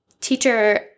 teacher